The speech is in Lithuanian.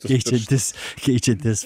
keičiantis keičiantis